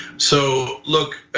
so look,